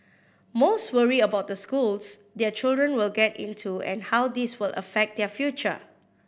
most worry about the schools their children will get into and how this will affect their future